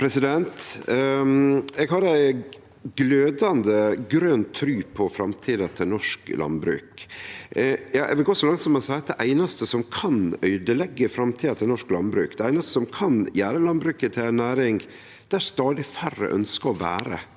Eg har ei glødande grøn tru på framtida til norsk landbruk. Eg vil gå så langt som å seie at det einaste som kan øydeleggje framtida til norsk landbruk, det einaste som kan gjere landbruket til ei næring der stadig færre ønskjer å vere,